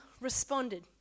responded